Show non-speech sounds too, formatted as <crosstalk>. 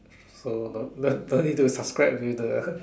so don't don't don't <laughs> need subscribed with the